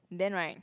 then right